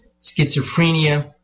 schizophrenia